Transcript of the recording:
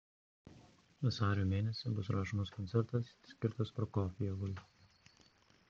vasario mėnesį bus rašomas koncertas skirtas prokofjevui